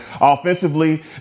Offensively